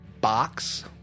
box